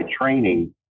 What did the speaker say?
training